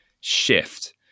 shift